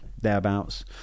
thereabouts